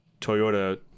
Toyota